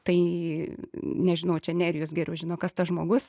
tai nežinau čia nerijus geriau žino kas tas žmogus